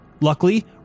Luckily